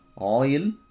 oil